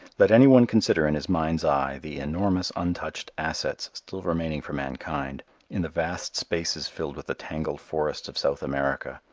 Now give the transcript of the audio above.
let any one consider in his mind's eye the enormous untouched assets still remaining for mankind in the vast spaces filled with the tangled forests of south america,